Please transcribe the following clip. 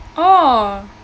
oh